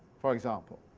for example.